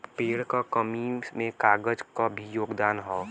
पेड़ क कमी में कागज क भी योगदान हौ